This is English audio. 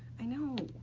i know.